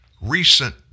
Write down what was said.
recent